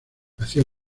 nacido